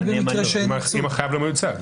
רק במקרה שאין ייצוג.